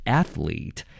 athlete